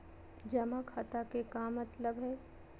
जमा खाता के का मतलब हई?